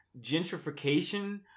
gentrification